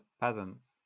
peasants